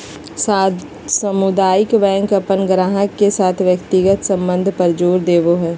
सामुदायिक बैंक अपन गाहक के साथ व्यक्तिगत संबंध पर भी जोर देवो हय